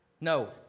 No